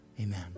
Amen